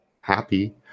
happy